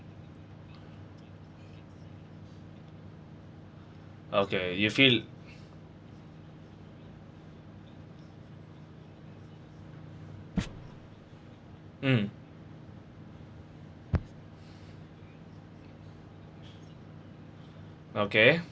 okay you feel mm okay